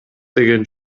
деген